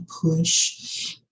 push